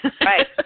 Right